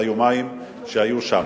ביומיים הבאים.